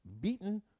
beaten